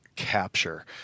Capture